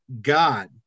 God